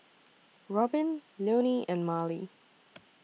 Robbin Leone and Marley